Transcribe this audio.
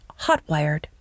Hotwired